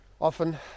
often